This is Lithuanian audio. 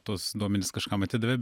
tuos duomenis kažkam atidavė